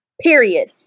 Period